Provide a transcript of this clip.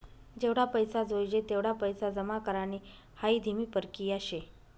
जेवढा पैसा जोयजे तेवढा पैसा जमा करानी हाई धीमी परकिया शे